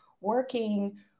working